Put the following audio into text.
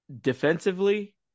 defensively